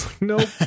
Nope